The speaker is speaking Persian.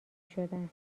شدن